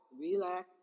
relax